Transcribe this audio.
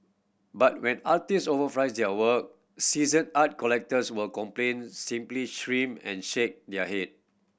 but when artist over their work seasoned art collectors will complain simply and shake their head